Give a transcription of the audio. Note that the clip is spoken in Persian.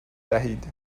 دهید